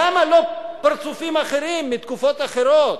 למה לא פרצופים אחרים מתקופות אחרות?